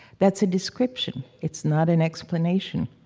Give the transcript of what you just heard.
that's a description. it's not an explanation.